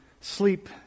sleep